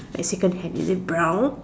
African hand is it brown